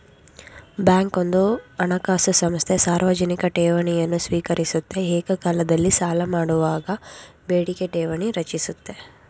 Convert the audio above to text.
bank ಒಂದು ಹಣಕಾಸು ಸಂಸ್ಥೆ ಸಾರ್ವಜನಿಕ ಠೇವಣಿಯನ್ನು ಸ್ವೀಕರಿಸುತ್ತೆ ಏಕಕಾಲದಲ್ಲಿ ಸಾಲಮಾಡುವಾಗ ಬೇಡಿಕೆ ಠೇವಣಿ ರಚಿಸುತ್ತೆ